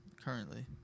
currently